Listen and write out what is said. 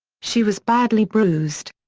she was badly bruised.